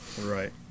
Right